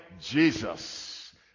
Jesus